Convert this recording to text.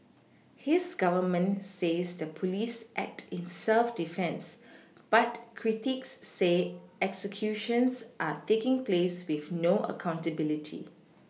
his Government says the police act in self defence but critics say executions are taking place with no accountability